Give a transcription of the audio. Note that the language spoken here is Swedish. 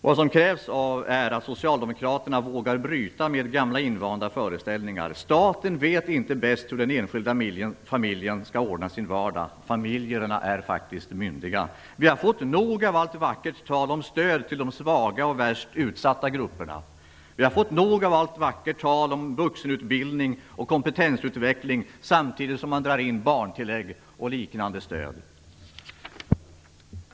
Vad som krävs är att Socialdemokraterna vågar bryta med gamla invanda föreställningar. Staten vet inte bäst hur den enskilda familjen skall ordna sin vardag. Familjerna är faktiskt myndiga. Vi har fått nog av allt vackert tal om stöd till de svaga och värst utsatta grupperna. Vi har fått nog av allt vackert tal om vuxenutbildning och kompetensutveckling samtidigt som man drar in barntillägg och liknande stöd.